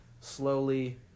slowly